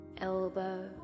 elbow